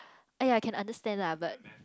aiyah can understand lah but